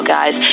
guys